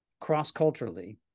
cross-culturally